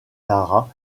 lara